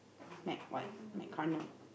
mac what mac carnel